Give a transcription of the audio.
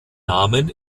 namen